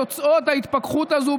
את תוצאות ההתפכחות הזאת,